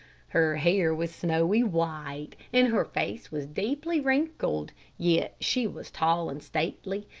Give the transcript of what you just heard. her hair was snowy white, and her face was deeply wrinkled, yet she was tall and stately,